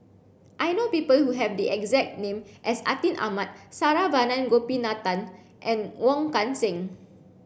I know people who have the exact name as Atin Amat Saravanan Gopinathan and Wong Kan Seng